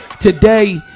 today